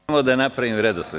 Samo da napravim redosled.